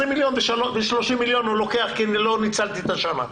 מיליון ו-30 מיליון הוא לוקח כי לא ניצלתי את השנה.